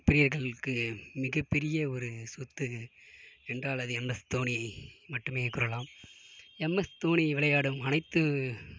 பிரியர்களுக்கு மிகப்பெரிய ஒரு சொத்து என்றால் அது எம்எஸ்தோனி மட்டுமே கூறலாம் எம்எஸ்தோனி விளையாடும் அனைத்து